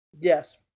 Yes